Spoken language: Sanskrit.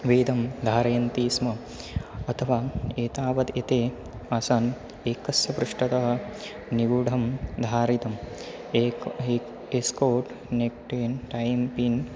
वेदं धारयन्ती स्म अथवा एतावत् एते आसन् एकस्य पृष्टतः निगूढं धारितम् एकं एकं एस्कौट् नेक्टेन् टैम्पिन्